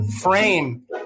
frame